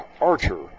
Archer